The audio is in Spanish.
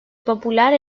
popular